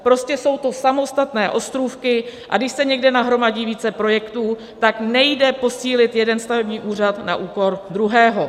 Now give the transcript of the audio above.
Prostě jsou to samostatné ostrůvky, a když se někde nahromadí více projektů, nejde posílit jeden stavební úřad na úkor druhého.